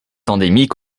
endémique